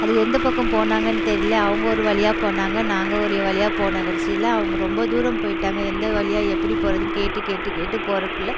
அது எந்த பக்கம் போனாங்கன்னு தெரியல அவங்க ஒரு வழியாக போனாங்க நாங்கள் ஒரு வழியாக போனோம் கடைசியில் அவங்க ரொம்ப தூரம் போய்ட்டாங்க எந்த வழியாக எப்படி போகிறதுன்னு கேட்டு கேட்டு கேட்டு போறதுக்குள்ள